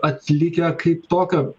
atlikę kaip tokio